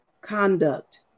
conduct